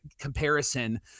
comparison